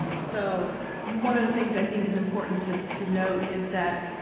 so one of the things i think is important to to note is that